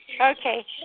Okay